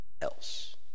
else